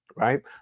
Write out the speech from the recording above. Right